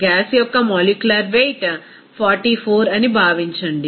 gas యొక్క molecular weight 44 అని భావించండి